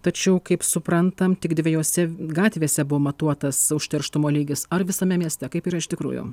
tačiau kaip suprantam tik dviejose gatvėse buvo matuotas užterštumo lygis ar visame mieste kaip yra iš tikrųjų